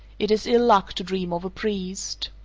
it is ill luck to dream of a priest.